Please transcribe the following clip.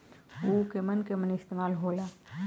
उव केमन केमन इस्तेमाल हो ला?